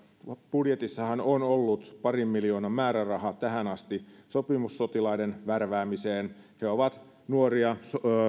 budjetissahan on ollut parin miljoonan määräraha tähän asti sopimussotilaiden värväämiseen he ovat nuoria